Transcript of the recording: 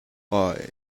why